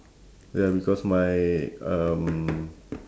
ya because my um